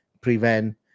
prevent